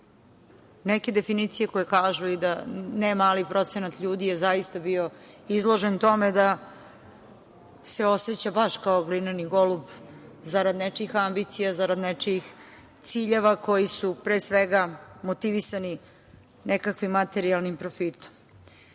neke definicije koje kažu da ne mali procenat ljudi je zaista bio izložen tome, da se oseća baš kao glineni golub za rad nečijih ambicija, za rad nečijih ciljevi koji su pre svega motivisani nekakvim materijalnim profitom.